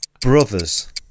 brothers